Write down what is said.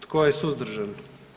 Tko je suzdržan?